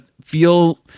feel